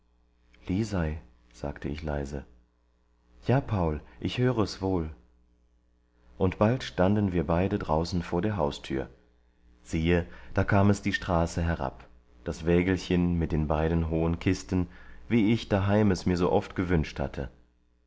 lisei sagte ich leise ja paul ich hör es wohl und bald standen wir beide draußen vor der haustür siehe da kam es die straße herab das wägelchen mit den beiden hohen kisten wie ich daheim es mir so oft gewünscht hatte